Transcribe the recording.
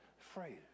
Afraid